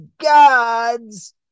gods